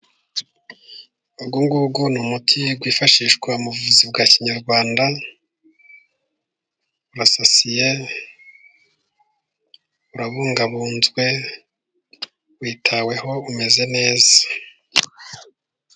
Uyunguyu ni umuti wifashishwa mu buvuzi bwa kinyarwanda, urasasiye, urabungabunzwe, witaweho, umeze neza.